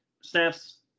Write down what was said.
snaps